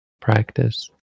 practice